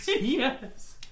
Yes